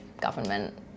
government